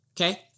Okay